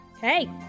Hey